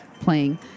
playing